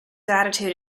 attitude